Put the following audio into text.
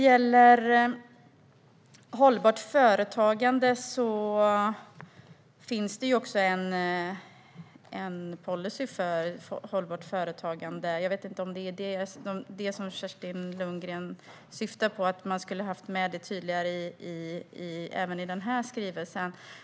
Det finns en policy för hållbart företagande. Jag vet inte om Kerstin Lundgren syftar på att man skulle haft den med tydligare även i den här skrivelsen.